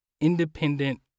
independent